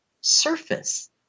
surface